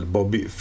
Bobby